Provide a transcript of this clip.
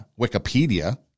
Wikipedia